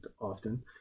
often